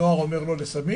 נוער אומר לא לסמים,